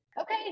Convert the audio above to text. Okay